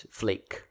flake